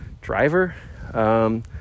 driver